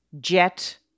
Jet